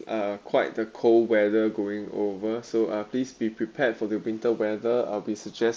uh quite the cold weather going over so uh please be prepared for the winter weather uh we suggest